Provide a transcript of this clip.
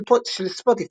של ספוטיפיי.